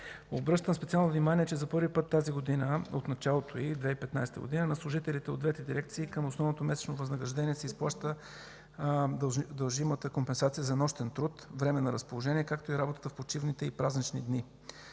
Обръщам специално внимание, че за първи път от началото на 2015 г. на служителите от двете дирекции към основното месечно възнаграждение се изплаща дължимата компенсация за нощен труд, време на разположение, както и работата в почивните и празничните дни.